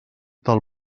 tal